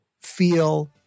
feel